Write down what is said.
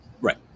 Right